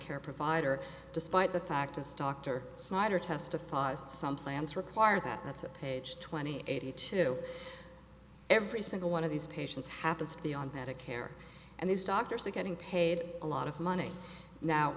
care provider despite the fact is dr snyder testifies some plants require that that's a page twenty eighty two every single one of these patients happens beyond that of care and these doctors are getting paid a lot of money now